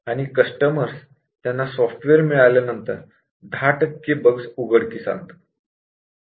आणि कस्टमर्स त्यांना सॉफ्टवेअर मिळाल्यानंतर १० टक्के बग्स उघडकीस आणतात